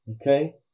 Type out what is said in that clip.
Okay